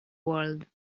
world